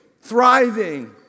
thriving